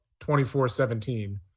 24-17